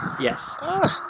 Yes